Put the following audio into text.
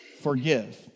forgive